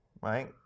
right